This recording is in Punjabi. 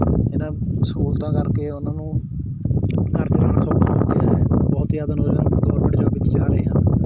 ਇਹਨਾਂ ਸਹੂਲਤਾਂ ਕਰਕੇ ਉਹਨਾਂ ਨੂੰ ਘਰ ਚਲਾਉਣਾ ਸੌਖਾ ਹੋ ਗਿਆ ਹੈ ਬਹੁਤ ਜ਼ਿਆਦਾ ਨੌਜਵਾਨ ਗੌਰਮੈਂਟ ਜੋਬ ਵਿੱਚ ਜਾ ਰਹੇ ਹਨ